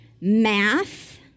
Math